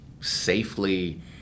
safely